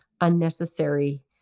unnecessary